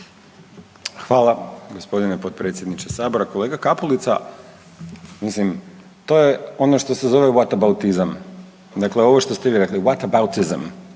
Hvala gospodine potpredsjedniče sabora. Kolega Kapulica mislim to je ono što se zove whataboutizam. Dakle, ovo što ste vi rekli whataboutizam.